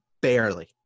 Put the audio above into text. Barely